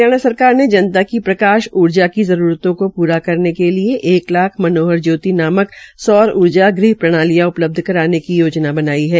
हरियाणा सरकार ने जनता की प्रकाश ऊर्जा की जरूरतों को पूरा करने के लिये एक लाख मनोहर लाल नामक सौर ऊर्जा ग्रह प्रणालियां उपलब्ध कराने की योजना बनाई है